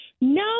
No